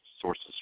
sources